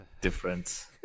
different